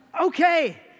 okay